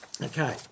okay